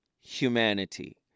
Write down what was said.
humanity